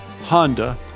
Honda